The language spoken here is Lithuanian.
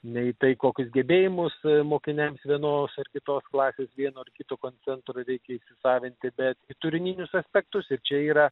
nei į tai kokius gebėjimus mokiniams vienos ar kitos klasės vieno ar kito koncentrą reikia įsisavinti bet turininius aspektus ir čia yra